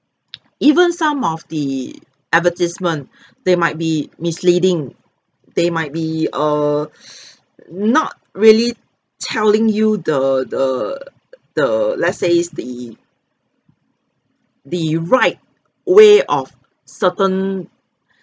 even some of the advertisement they might be misleading they might be err not really telling you the the the let's says the the right way of certain